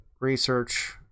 research